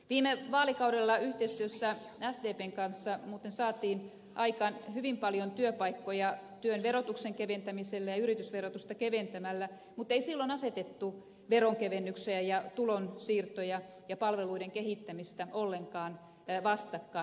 viime vaalikaudella yhteistyössä sdpn kanssa muuten saatiin aikaan hyvin paljon työpaikkoja työn verotuksen keventämisellä ja yritysverotusta keventämällä mutta ei silloin asetettu veronkevennyksiä ja tulonsiirtoja ja palveluiden kehittämistä ollenkaan vastakkain